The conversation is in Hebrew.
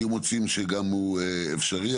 היו מוצאים שגם הוא אפשרי,